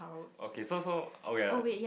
okay so so oh ya